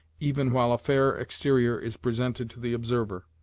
even while a fair exterior is presented to the observer.